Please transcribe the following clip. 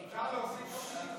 אפשר להוסיף אותי?